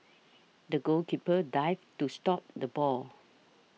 the goalkeeper dived to stop the ball